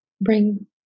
Bring